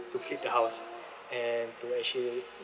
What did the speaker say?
to flip the house and to actually